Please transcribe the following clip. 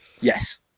Yes